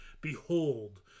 Behold